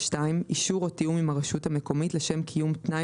אישור או תיאום עם הרשות המקומית לשם קיום תנאי